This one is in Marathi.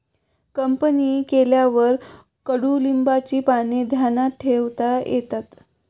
कंपनी केल्यावर कडुलिंबाची पाने धान्यात ठेवता येतात